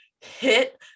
hit